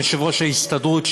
יושב-ראש ההסתדרות,